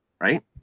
right